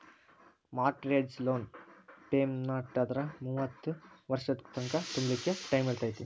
mortgage loan ಪೆಮೆನ್ಟಾದ್ರ ಮೂವತ್ತ್ ವರ್ಷದ್ ತಂಕಾ ತುಂಬ್ಲಿಕ್ಕೆ ಟೈಮಿರ್ತೇತಿ